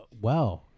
Wow